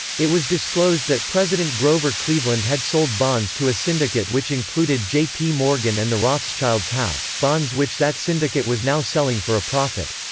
it was disclosed that president grover cleveland had sold bonds to a syndicate which included j. p. morgan and the rothschilds house, bonds which that syndicate was now selling for a profit.